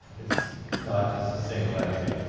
it's not just a single entry.